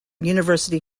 university